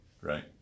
Right